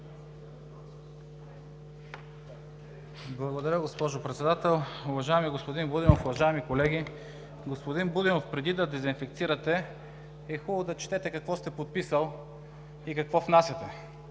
Благодаря, госпожо Председател. Уважаеми господин Будинов, уважаеми колеги! Господин Будинов, преди да дезинфекцирате, е хубаво да четете какво сте подписал и какво внасяте.